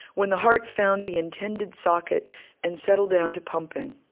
when the heart found the intended socket and settled down to pumping.